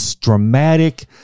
dramatic